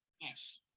Yes